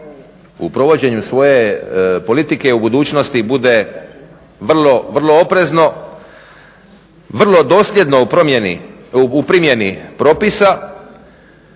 u provođenju svoje politike u budućnosti bude vrlo oprezno, vrlo dosljedno u primjeni propisa